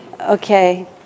Okay